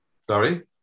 Sorry